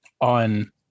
on